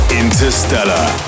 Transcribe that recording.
interstellar